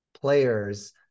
players